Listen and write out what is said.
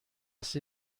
بخش